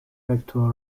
vektor